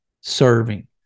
serving